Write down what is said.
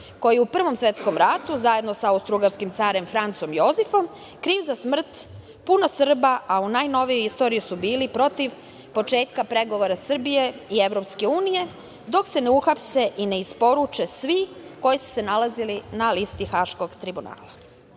koji je u Prvom svetskom ratu, zajedno sa austrougarskim carem Francom Jozefom, kriv za smrt puno Srba, a u najnovijoj istoriji su bili protiv početka pregovora Srbije i EU dok se ne uhapse i ne isporuče svi koji su se nalazili na listi Haškog tribunala.